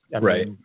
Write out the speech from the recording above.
right